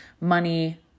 money